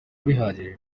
bihagije